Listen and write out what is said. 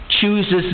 chooses